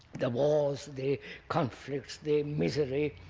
the wars, the conflicts, the misery,